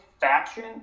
faction